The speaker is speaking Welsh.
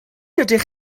ydych